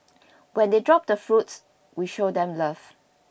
when they drop the fruits we show them love